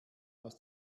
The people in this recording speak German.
aus